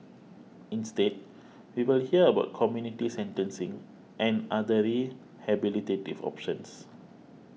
instead we will hear about community sentencing and other rehabilitative options